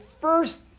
first